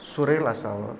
सुरेल असावं